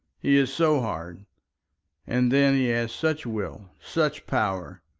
he is so hard and then he has such will, such power.